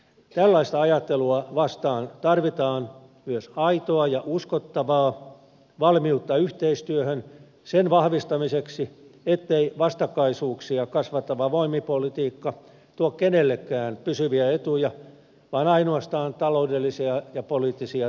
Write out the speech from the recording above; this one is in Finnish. tällaista ajattelua vastaan tarvitaan myös aitoa ja uskottavaa valmiutta yhteistyöhön sen vahvistamiseksi ettei vastakkaisuuksia kasvattava voimapolitiikka tuo kenellekään pysyviä etuja vaan ainoastaan taloudellisia ja poliittisia tappioita